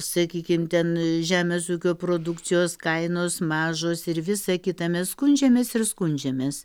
sakykim ten žemės ūkio produkcijos kainos mažos ir visa kita mes skundžiamės ir skundžiamės